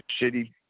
shitty